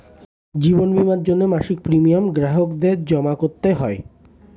জীবন বীমার জন্যে মাসিক প্রিমিয়াম গ্রাহকদের জমা করতে হয়